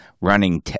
running